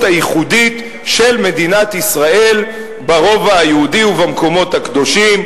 הייחודית של מדינת ישראל ברובע היהודי ובמקומות הקדושים,